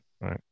Right